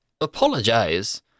apologize